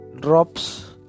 drops